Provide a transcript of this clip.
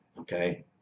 okay